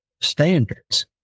standards